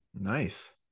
Nice